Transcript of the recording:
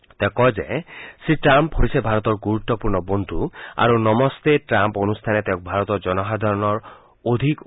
তেওঁ কয় যে শ্ৰী ট্ৰাম্প হৈছে ভাৰতৰ গুৰুত্বপূৰ্ণ বন্ধু আৰু নমস্তে ট্ৰাম্প অনুষ্ঠানে তেওঁক ভাৰতৰ জনসাধাৰণৰ অধিক ওচৰ চপাই নিলে